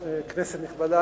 כנסת נכבדה,